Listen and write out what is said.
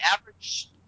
average